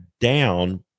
down